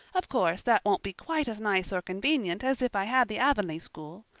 of course that won't be quite as nice or convenient as if i had the avonlea school.